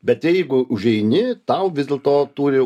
bet jeigu užeini tau vis dėl turi